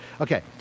Okay